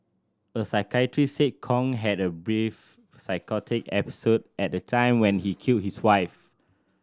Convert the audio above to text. a psychiatrist said Kong had a brief psychotic episode at the time when he killed his wife